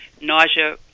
nausea